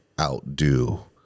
outdo